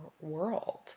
world